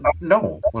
No